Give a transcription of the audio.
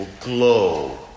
glow